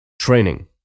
training